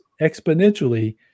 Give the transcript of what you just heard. exponentially